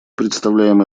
представляем